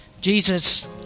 Jesus